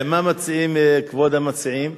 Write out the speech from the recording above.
מה מציעים כבוד המציעים?